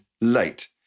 late